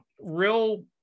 real